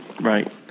Right